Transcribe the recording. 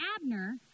Abner